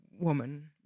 woman